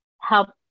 help